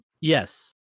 Yes